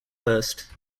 first